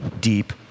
deep